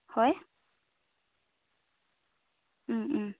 হয়